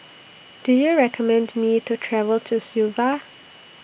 Do YOU recommend Me to travel to Suva